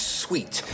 sweet